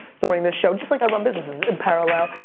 during this show, just like i run businesses, in parallel.